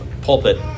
pulpit